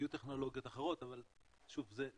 יהיו טכנולוגיות אחרות, אבל, שוב, זה השקעה.